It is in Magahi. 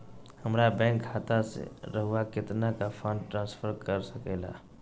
हमरा बैंक खाता से रहुआ कितना का फंड ट्रांसफर कर सके ला?